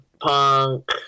Punk